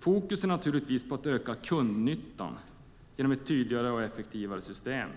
Fokus är naturligtvis på att öka kundnyttan genom ett tydligare och effektivare system,